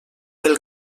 pel